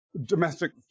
domestic